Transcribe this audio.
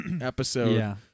episode